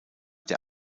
der